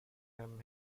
him